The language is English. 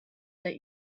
that